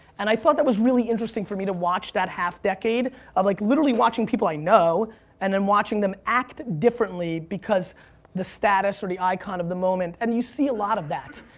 and i thought that was really interesting for me to watch that half decade of like literally watching people i know and then watching them act differently because the status or the icon of the moment, and you see a lot of that.